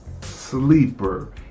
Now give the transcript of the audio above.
Sleeper